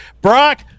Brock